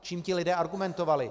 Čím ti lidé argumentovali?